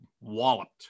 walloped